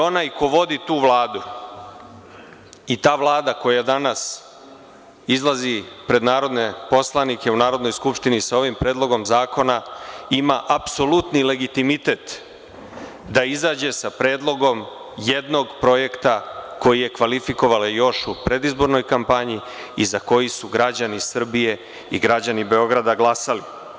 Onaj ko vodi tu Vladu i ta Vlada koja danas izlazi pred narodne poslanike u Narodnoj skupštini sa ovim Predlogom zakona ima apsolutni legitimitet da izađe sa predlogom jednog projekta koji je kvalifikovala još u predizbornoj kampanji i za koju su građani Srbije i građani Beograda glasali.